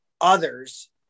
others